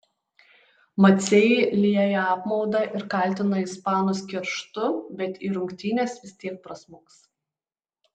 maciai lieja apmaudą ir kaltina ispanus kerštu bet į rungtynes vis tiek prasmuks